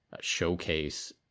showcase